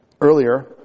earlier